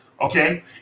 okay